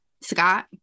Scott